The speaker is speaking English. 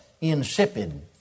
insipid